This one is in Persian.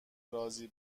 رازی